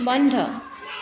বন্ধ